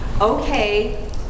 okay